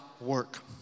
work